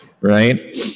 right